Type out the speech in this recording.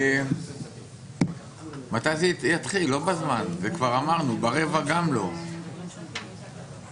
לוקח לכם ארבע שנים